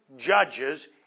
judges